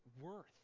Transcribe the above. worth